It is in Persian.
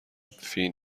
فین